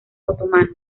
otomano